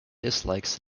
dislikes